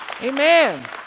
Amen